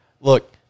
Look